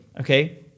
okay